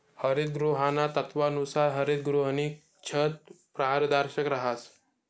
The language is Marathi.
हरितगृहाना तत्वानुसार हरितगृहनी छत पारदर्शक रहास